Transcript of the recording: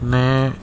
میں